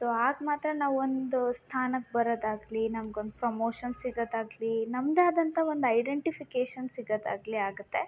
so ಆಗ ಮಾತ್ರ ನಾವು ಒಂದು ಸ್ಥಾನಕ್ಕೆ ಬರೊದಾಗಲಿ ನಮ್ಗೊಂದು ಪ್ರಮೋಷನ್ ಸಿಗೋದಾಗ್ಲಿ ನಮ್ಮದೆ ಆದಂತ ಒಂದು ಐಡೆಂಟಿಫಿಕೇಶನ್ ಸಿಗೋದಾಗ್ಲಿ ಆಗುತ್ತೆ